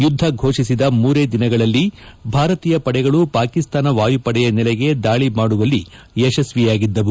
ಯುದ್ದ ಘೋಷಿಸಿದ ಮೂರೇ ದಿನಗಳಲ್ಲಿ ಭಾರತೀಯ ಪಡೆಗಳು ಪಾಕಿಸ್ತಾನ ವಾಯುಪಡೆಯ ನೆಲೆಗೆ ದಾಳಿ ಮಾಡುವಲ್ಲಿ ಯಶಸ್ತಿಯಾಗಿದ್ಗವು